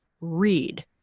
Read